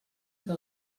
que